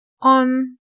on